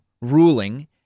ruling